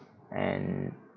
and